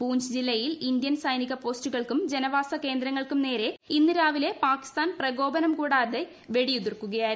പൂഞ്ച് ജില്ലയിൽ ഇന്ത്യൻ സൈനിക പോസ്റ്റുകൾക്കും ജനവാസ കേന്ദ്രങ്ങൾക്കും നേരെ ഇന്ന് രാവിലെ പാകിസ്ഥാൻ പ്രകോപനം കൂടാതെ വെടിയുതിർക്കുകയായിരുന്നു